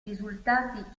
risultati